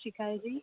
ਸਤਿ ਸ਼੍ਰੀ ਅਕਾਲ ਜੀ